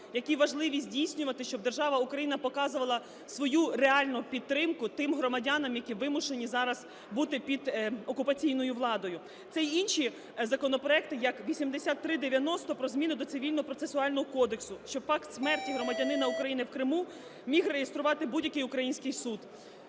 які важливі здійснювати, щоб держава Україна показувала свою реальну підтримку тим громадянам, які вимушені зараз бути під окупаційною владою. Це й інші законопроекти, як: 8390 – про зміни до Цивільно-процесуального кодексу, щоб факт смерті громадянина України в Криму міг реєструвати будь-який український суд.